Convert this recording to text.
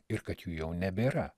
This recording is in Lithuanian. ir kad jų jau nebėra